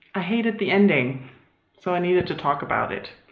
ah hated the ending so i needed to talk about it.